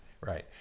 Right